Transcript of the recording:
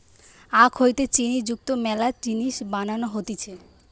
আখ হইতে চিনি যুক্ত মেলা জিনিস বানানো হতিছে